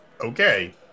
okay